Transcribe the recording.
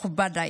מכובדיי,